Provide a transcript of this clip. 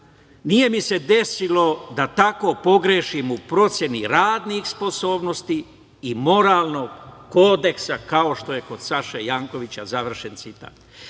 nije mi se desilo da tako pogrešim u proceni radnih sposobnosti i moralnog kodeksa kao što je kod Saše Jankovića".Kad sam